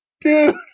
dude